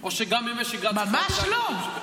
או גם בימי שגרה צריך להביא רק דברים --- ממש לא.